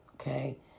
okay